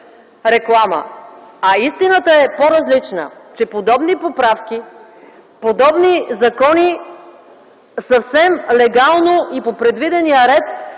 А истината е по-различна – че подобни поправки, подобни закони съвсем легално и по предвидения ред